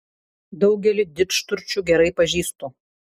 daugelį didžturčių gerai pažįstu